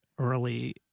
early